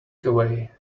away